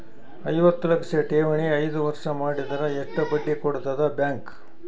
ಐವತ್ತು ಲಕ್ಷ ಠೇವಣಿ ಐದು ವರ್ಷ ಮಾಡಿದರ ಎಷ್ಟ ಬಡ್ಡಿ ಕೊಡತದ ಬ್ಯಾಂಕ್?